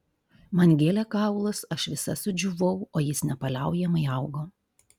man gėlė kaulus aš visa sudžiūvau o jis nepaliaujamai augo